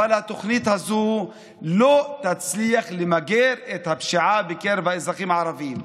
אבל התוכנית הזאת לא תצליח למגר את הפשיעה בקרב האזרחים הערבים.